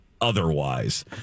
otherwise